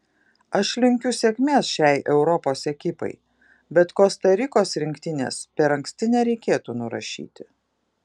aš linkiu sėkmės šiai europos ekipai bet kosta rikos rinktinės per anksti nereikėtų nurašyti